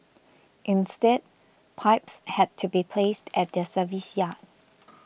instead pipes had to be placed at the service yard